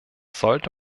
sollte